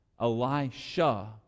Elisha